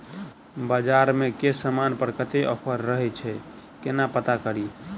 बजार मे केँ समान पर कत्ते ऑफर रहय छै केना पत्ता कड़ी?